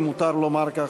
אם מותר לומר כך,